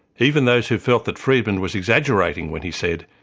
even those who felt that freedman was exaggerating when he said,